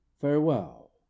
farewell